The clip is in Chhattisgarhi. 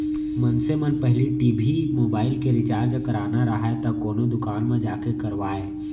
मनसे मन पहिली टी.भी, मोबाइल के रिचार्ज कराना राहय त कोनो दुकान म जाके करवाय